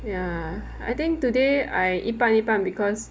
ya I think today I 一半一半 because